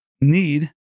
need